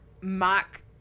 mock